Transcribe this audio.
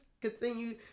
continue